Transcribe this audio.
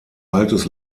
altes